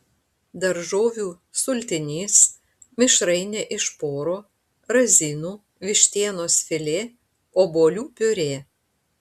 daržovių sultinys mišrainė iš poro razinų vištienos filė obuolių piurė